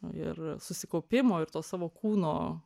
ir susikaupimo ir to savo kūno